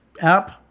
app